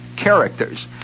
characters